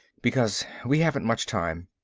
because we haven't much time.